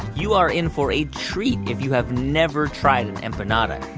you are in for a treat if you have never tried an empanada.